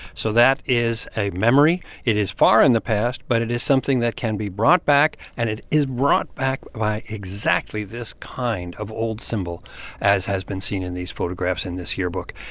so that is a memory. it is far in the past, but it is something that can be brought back. and it is brought back by exactly this kind of old symbol as has been seen in these photographs in this yearbook.